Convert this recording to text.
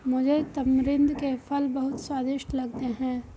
मुझे तमरिंद के फल बहुत स्वादिष्ट लगते हैं